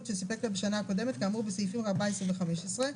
שסיפק לה בשנה הקודמת כאמור בסעיפים 14 ו־15,